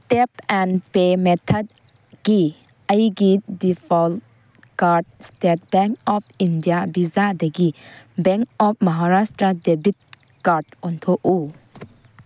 tap and pay ꯃꯦꯊꯠꯀꯤ ꯑꯩꯒꯤ default card State Bank of India ꯕꯤꯖꯥꯗꯒꯤ Bank of Maharashtra debit card ꯑꯣꯟꯊꯣꯛꯎ